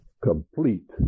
complete